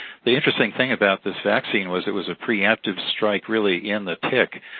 the interesting thing about this vaccine was it was a preemptive strike, really, in the tick.